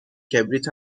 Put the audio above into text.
کبریت